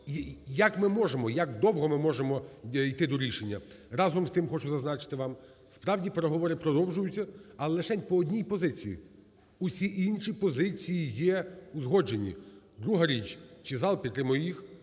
як довго ми можемо йти до рішення. Разом з тим, хочу зазначити вам, справді, переговори продовжуються, але лишень по одній позиції, усі інші позиції є узгоджені. Друга річ, чи зал підтримує їх,